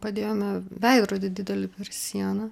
padėjome veidrodį didelį per vis sieną